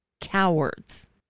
cowards